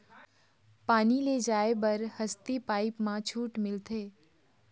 पानी ले जाय बर हसती पाइप मा छूट मिलथे?